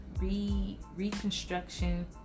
reconstruction